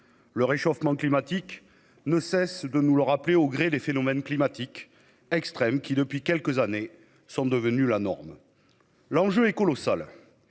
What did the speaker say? Le réchauffement climatique ne cesse de nous le rappeler au gré des phénomènes climatiques extrêmes qui se multiplient et qui, depuis quelques années, sont devenus la norme. L'enjeu est colossal.